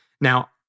Now